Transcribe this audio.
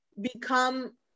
become